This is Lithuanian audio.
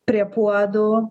prie puodų